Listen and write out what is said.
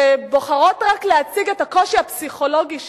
שבוחרות רק להציג את הקושי הפסיכולוגי שלהן,